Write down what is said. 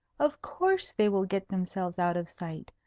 of course, they will get themselves out of sight,